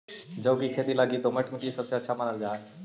जौ के खेती लगी दोमट मट्टी सबसे अच्छा मानल जा हई